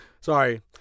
sorry